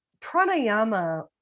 pranayama